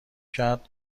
کرد